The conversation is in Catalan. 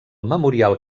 memorial